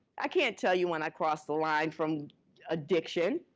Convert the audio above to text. i can't tell you when i crossed the line from addiction.